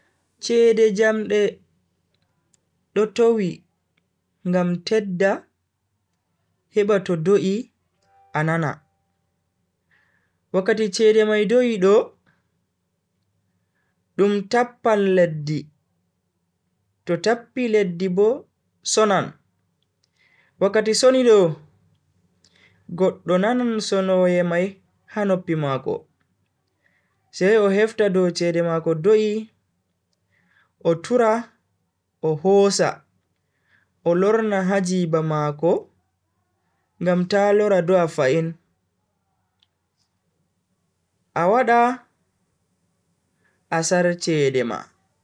chede jamde do towi ngam tedda heba to do'I a nana. wakkati chede mai do'i do dum tappan leddi, to tappi leddi bo sonan, wakkati soni do goddo nanan sonoye mai ha noppi mako, sai o hefta dow chede mako do'i o tura o hosa o lorna ha jiba mako ngam ta lora do'a fahin a wada asar cede ma.